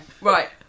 Right